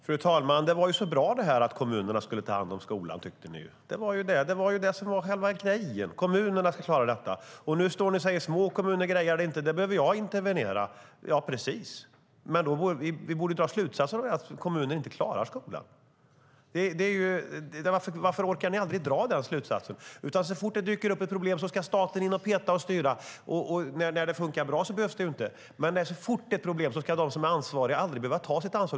Fru talman! Oppositionen tyckte att det var så bra att kommunerna skulle ta hand om skolan. Det var det som var själva grejen. Kommunerna skulle klara detta. Och nu står oppositionen och säger att små kommuner inte grejar det och att jag behöver intervenera där. Ja, precis! Av det borde vi dra slutsatsen att kommuner inte klarar skolan. Varför orkar ni aldrig dra den slutsatsen? Så fort det dyker upp ett problem ska staten in och peta och styra. När det funkar bra behövs det inte, men så fort det är problem ska de ansvariga aldrig behöva ta sitt ansvar.